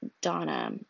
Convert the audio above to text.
Donna